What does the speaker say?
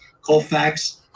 Colfax